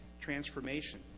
transformation